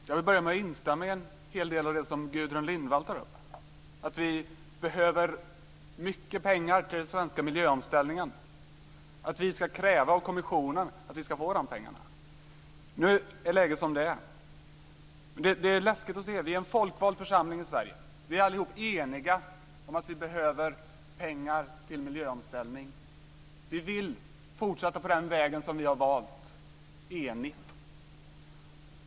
Fru talman! Jag vill börja med att instämma i en hel del av det som Gudrun Lindvall tog upp. Vi behöver mycket pengar till den svenska miljöomställningen. Vi ska kräva av kommissionen att vi ska få de pengarna. Nu är läget som det är. Men det är läskigt att se: Vi är en folkvald församling i Sverige. Vi är allihop eniga om att vi behöver pengar till miljöomställningen. Vi vill fortsätta på den väg som vi har valt - enigt.